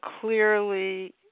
clearly